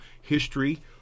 history